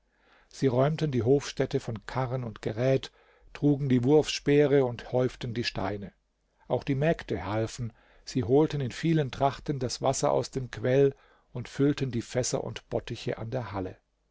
sie räumten die hofstätte von karren und gerät trugen die wurfspeere und häuften die steine auch die mägde halfen sie holten in vielen trachten das wasser aus dem quell und füllten die fässer und bottiche an der halle